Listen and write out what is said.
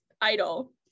idol